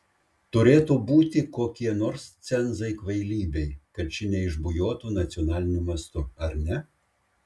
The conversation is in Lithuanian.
turėtų būti kokie nors cenzai kvailybei kad ši neišbujotų nacionaliniu mastu ar ne